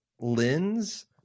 lens